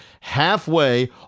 halfway